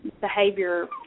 behavior